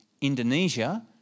Indonesia